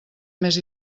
més